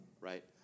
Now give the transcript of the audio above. right